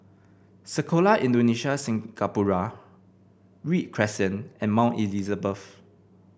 Sekolah Indonesia Singapura Read Crescent and Mount Elizabeth